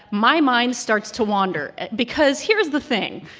my mind starts to wander. because here's the thing.